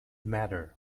matter